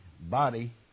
body